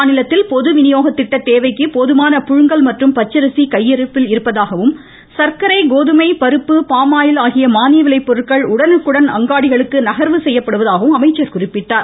மாநிலத்தில் பொதுவிநியோக திட்ட தேவைக்கு போதுமான புழுங்கல் மற்றும் பச்சரிசி கையிருப்பில் உள்ளதாகவும் சர்க்கரை கோதுமை பருப்பு பாமாயில் ஆகிய மானிய விலை பொருட்கள் உடனுக்குடன் அங்காடிகளுக்கு நகர்வு செய்யப்படுவதாகவும் அமைச்சர் குறிப்பிட்டார்